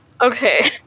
Okay